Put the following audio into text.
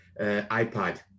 iPad